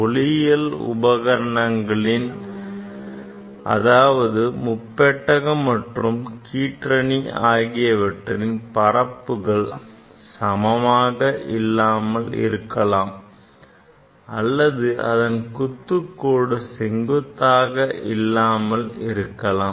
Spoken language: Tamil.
ஒளியியல் உபகரணங்களின் அதாவது முப்பட்டகம் அல்லது கீற்றணி ஆகியவற்றின் பரப்புகள் சமமாக இல்லாமல் இருக்கலாம் அல்லது அதன் குத்துக்கோடு செங்குத்தாக இல்லாமல் இருக்கலாம்